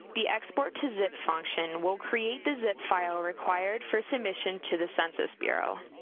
the export to zip function will create the zip file required for submission to the census bureau.